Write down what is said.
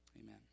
Amen